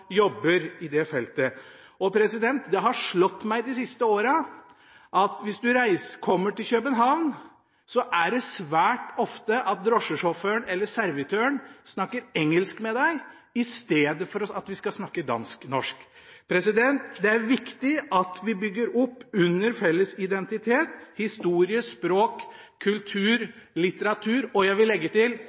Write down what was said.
jobber på det feltet. Det har slått meg de siste åra at når jeg kommer til København, snakker drosjesjåføren eller servitøren svært ofte engelsk til meg, i stedet for at vi kan snakke dansk-norsk. Det er viktig at vi bygger opp under felles identitet, historie, språk, kultur og litteratur, og jeg vil legge til